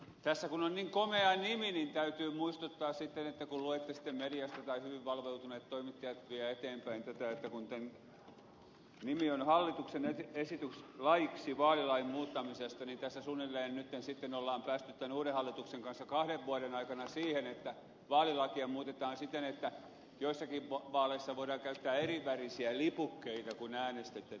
tässä lakiesityksessä kun on niin komea nimi niin täytyy muistuttaa että kun luette sitten mediasta tai hyvin valveutuneet toimittajat vievät eteenpäin tätä kun tämän nimi on hallituksen esitys laiksi vaalilain muuttamisesta niin tässä suunnilleen nyt sitten on päästy tämän uuden hallituksen kanssa kahden vuoden aikana siihen että vaalilakia muutetaan siten että joissakin vaaleissa voidaan käyttää erivärisiä lipukkeita kun äänestetään suomessa